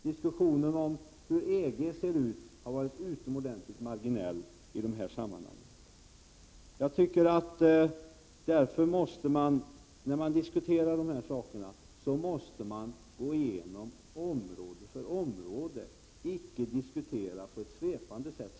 Diskussionen om hur EG ser ut har i det här sammanhanget har varit utomordentligt marginell. När man diskuterar de här sakerna måste man gå igenom område för område och icke diskutera på ett svepande sätt.